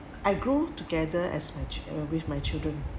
I grew together as my uh with my children